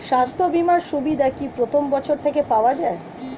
স্বাস্থ্য বীমার সুবিধা কি প্রথম বছর থেকে পাওয়া যায়?